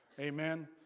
Amen